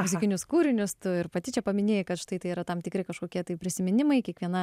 muzikinius kūrinius tu ir pati čia paminėjai kad štai tai yra tam tikri kažkokie tai prisiminimai kiekviena